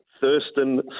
Thurston